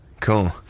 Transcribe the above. Cool